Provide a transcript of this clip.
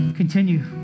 Continue